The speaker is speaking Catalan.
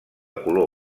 color